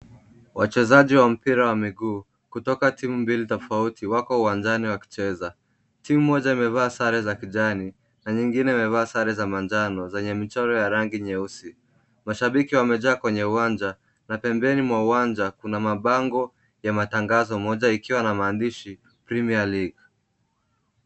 Wachezaji wa mpira wa miguu kutoka timu mbili tofauti wako uwanjani wakicheza. Timu moja imevaa sare za kijani na nyingine imevaa sare za manjano zenye michoro ya rangi nyeusi. Mashabiki wamejaa kwenye uwanja na pembeni mwa uwanja kuna mabango ya matangazo, moja ikiwa na maandishi Premier League .